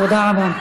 תודה רבה.